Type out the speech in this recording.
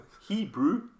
Hebrew